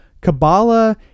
Kabbalah